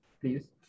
please